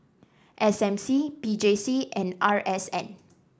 S M C P J C and R S N